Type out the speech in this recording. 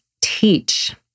teach